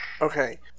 Okay